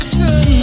True